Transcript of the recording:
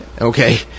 okay